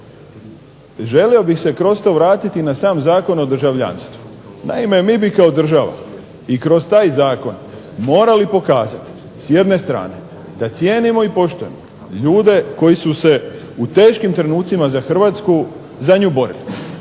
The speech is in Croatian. Želio bih se kroz to vratiti na sam Zakon o državljanstvu. Naime, mi bi kao država i kroz taj zakon morali pokazati s jedne strane da cijenimo i poštujemo ljude koji su se u teškim trenucima za Hrvatsku za nju borili,